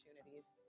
opportunities